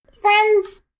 Friends